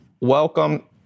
Welcome